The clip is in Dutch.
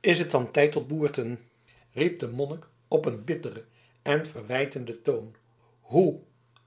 is het dan tijd tot boerten riep de monnik op een bitteren en verwijtenden toon hoe